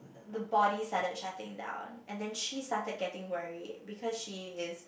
the body started shutting down and then she started getting worried because she is